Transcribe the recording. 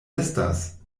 estas